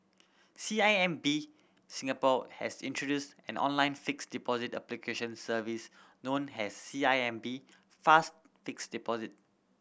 C I M B Singapore has introduced an online fixed deposit application service known as C I M B Fast Fixed Deposit